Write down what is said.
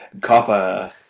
Copper